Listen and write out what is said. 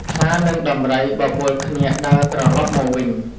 ខ្លា និងដំរីបបួលគ្នាដើរត្រឡប់មកវិញ